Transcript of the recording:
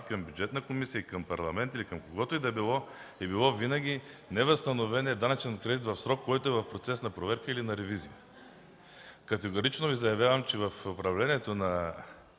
към Бюджетна комисия, към Парламент или към когото и да било, е било винаги невъзстановеният данъчен кредит в срок, който е в процес на проверка или на ревизия. Категорично Ви заявявам, че в управлението на